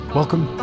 Welcome